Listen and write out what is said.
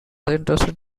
interested